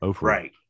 Right